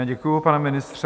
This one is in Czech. Děkuji, pane ministře.